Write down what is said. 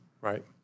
right